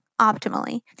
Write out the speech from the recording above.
optimally